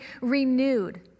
renewed